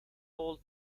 paul